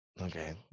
okay